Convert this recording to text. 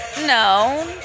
no